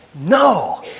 No